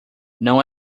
não